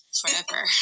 forever